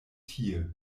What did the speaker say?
tie